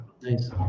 Nice